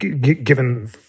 given